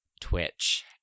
Twitch